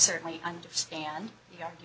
certainly understand you